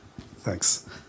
Thanks